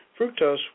fructose